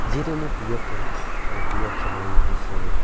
যিহেতু মোৰ প্ৰিয় খেল আৰু প্ৰিয় খেলুৱৈ হৈছে